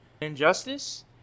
Injustice